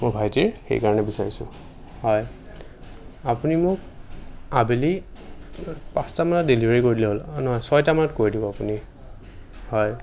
মোৰ ভাইটীৰ সেইকাৰণে বিচাৰিছোঁ হয় আপুনি মোক আবেলি পাঁচটামানত ডেলিভাৰী কৰি দিলে হ'ল অ' নহয় ছয়টামানত কৰি দিব আপুনি হয়